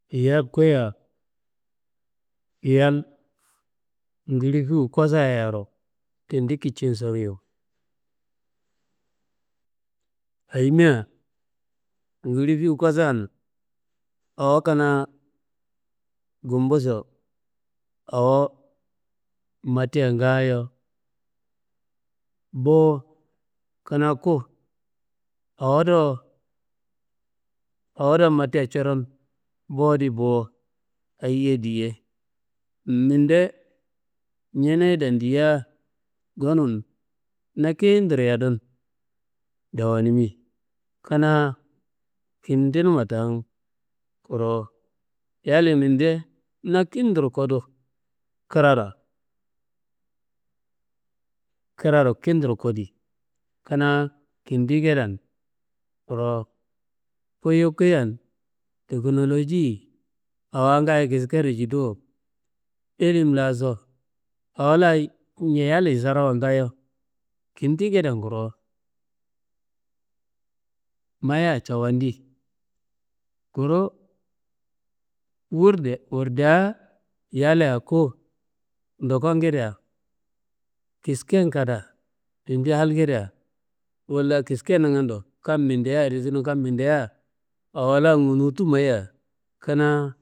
Yal kuya, yal ngili fiwu kosayaro tandi kicin soriyiwo. Ayimea ngili fiwu kosan awo kina, gumbuso, awo matia ngaayo bo, kina ku awodo matia curon bodi bo ayiye diye. Minde ñeñeye dandia gonun naa kiyintro yadun dowanimi kina, kintinimandaan kuro. Yalyi minde, naa kintro kodu kiro kintro kodi, kinaa kintigueden korowo. Ku yum kuyan, teknoloji awangayo kiskero jududo, ilimlaso, awalayi yalyi sarawa ngaayo kintigueden kuro maya cafandi. Kuru, wurdea yalye ku dokeguedea kisken kada, tandi halguedea walla kiskenangando kam mideadi tunu kam midea awala gunutu mayiya kinaa. 01:30